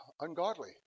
ungodly